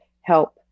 help